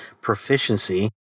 proficiency